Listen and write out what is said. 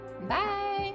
Bye